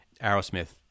Aerosmith